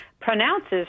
pronounces